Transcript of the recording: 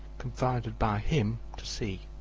confided by him to c.